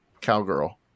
cowgirl